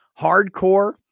hardcore